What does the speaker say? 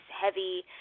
heavy –